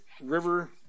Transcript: river